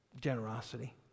Generosity